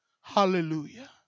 Hallelujah